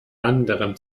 anderem